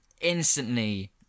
instantly